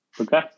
Okay